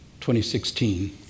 2016